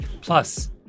Plus